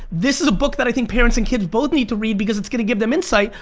this is a book that i think parents and kids both need to read because it's gonna give them insight.